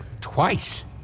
twice